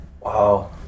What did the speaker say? wow